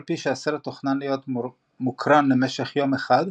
פי שהסרט תוכנן להיות מוקרן למשך יום אחד,